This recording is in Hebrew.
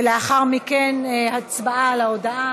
ולאחר מכן הצבעה על ההודעה.